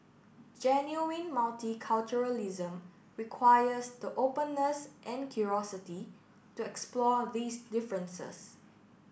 genuine multiculturalism requires the openness and curiosity to explore these differences